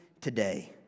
today